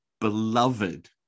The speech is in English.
beloved